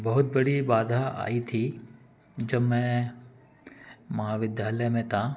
बहुत बड़ी बाधा आई थी जब मैं महाविद्यालय में था